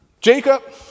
Jacob